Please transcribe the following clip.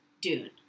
Dune